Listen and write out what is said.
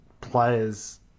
players